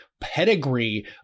pedigree